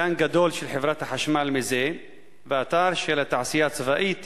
מתקן גדול של חברת החשמל מזה ואתר של התעשייה הצבאית,